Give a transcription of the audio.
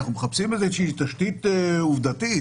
אנחנו מחפשים איזושהי תשתית עובדתית